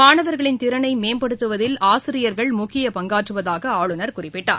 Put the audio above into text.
மாணவர்களின் திறனை மேம்படுத்துவதில் ஆசிரியர்கள் முக்கியப் பங்காற்றுவதாக ஆளுநர் குறிப்பிட்டார்